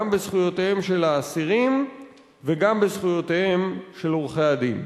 בזכויותיהם של האסירים וגם בזכויותיהם של עורכי-הדין.